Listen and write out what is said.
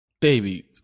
baby